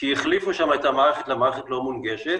שהחליפו שם את המערכת למערכת לא מונגשת